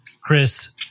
Chris